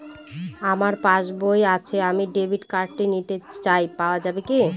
আমার পাসবই আছে আমি ডেবিট কার্ড নিতে চাই পাওয়া যাবে কি?